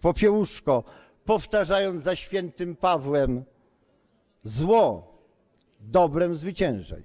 Popiełuszko, powtarzając za św. Pawłem: zło dobrem zwyciężaj.